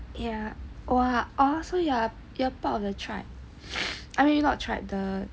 ya !wah! ah so you're you're part of the tribe I mean not tribe the